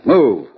Move